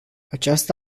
această